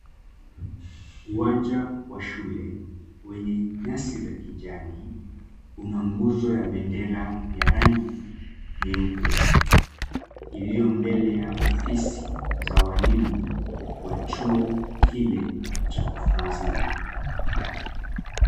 Uwanja wa shule wenye nyasi za kijani una nguzo ya bendera ya rangi nyeupe iliyo mbele ya ofisi za walimu wa chuo kile cha kufunzia.